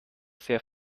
sehr